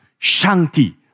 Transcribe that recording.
Shanti